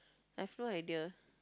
I've no idea